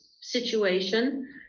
situation